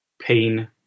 pain